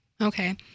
Okay